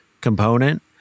component